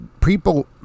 people